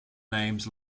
names